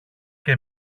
και